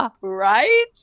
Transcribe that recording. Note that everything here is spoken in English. Right